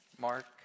Mark